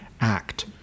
Act